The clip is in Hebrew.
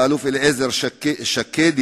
אלוף אליעזר שקדי,